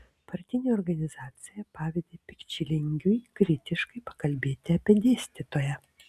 partinė organizacija pavedė pikčilingiui kritiškai pakalbėti apie dėstytoją